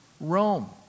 Rome